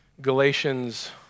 Galatians